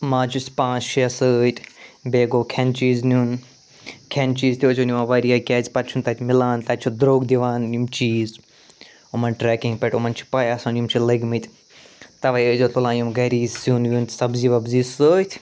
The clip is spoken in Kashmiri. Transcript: ماچَس پانٛژھ شےٚ سۭتۍ بیٚیہِ گوٚو کھیٚن چیٖز نیٛن کھیٚن چیٖز تہِ ٲسۍ زیٛو نِوان واریاہ کیٛازِ پتہٕ چھُنہٕ تَتہِ مِلان تَتہِ چھُ درٛوٚگ دِوان یِم چیٖز یِمَن ٹرٛیکِنٛگ پٮ۪ٹھ یِمَن چھِ پٔے آسان یِم چھِ لٔگۍ مٕتۍ تَؤے ٲسۍ زیٛو تُلان یِم گھرے یہِ سیٛن ویٛن سبزی وبزی سۭتۍ